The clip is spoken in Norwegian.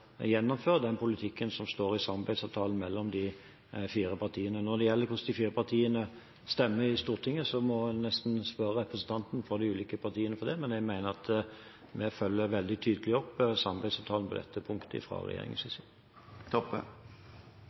gjennomføre den politikken som står i samarbeidsavtalen mellom de fire partiene. Når det gjelder hvordan de fire partiene stemmer i Stortinget, må en nesten spørre representantene fra de ulike partiene om det, men jeg mener at vi fra regjeringens side følger veldig tydelig opp samarbeidsavtalen på dette punktet.